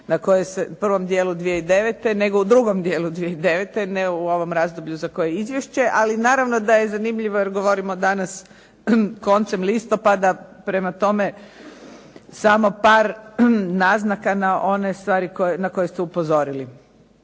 ne u provom dijelu 2009. nego u drugom dijelu 2009., ne u ovom razdoblju za koje je izvješće ali naravno da je zanimljivo jer govorimo danas koncem listopada. Prema tome, samo par naznaka na one stvari na koje ste upozorili.